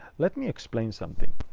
let me explain something.